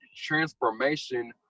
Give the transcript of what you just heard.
transformation